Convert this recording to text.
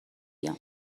بیام